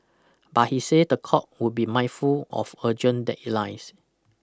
but he say the court would be mindful of urgent deadlines